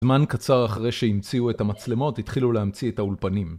זמן קצר אחרי שהמציאו את המצלמות התחילו להמציא את האולפנים